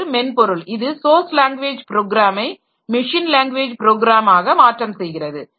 இது ஒரு மென்பொருள் இது ஸோர்ஸ் லாங்குவேஜ் ப்ரோக்ராமை மெஷின் லாங்குவேஜ் ப்ரோக்ராமாக மாற்றம் செய்கிறது